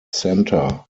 centre